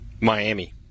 Miami